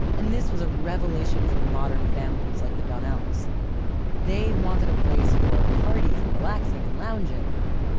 and this was a revelation for modern families like the donnells. they wanted a place for parties and relaxing and lounging.